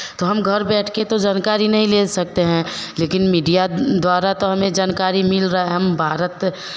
तो हम घर बैठ के तो जनकारी नहीं ले सकते हैं लेकिन मीडिया द्वारा तो हमें जानकारी मिल रहा है हम भारत